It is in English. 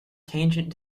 tangent